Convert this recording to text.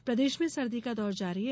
मौसम प्रदेश में सर्दी का दौर जारी है